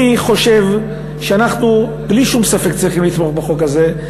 אני חושב שאנחנו בלי שום ספק צריכים לתמוך בחוק הזה,